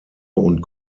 und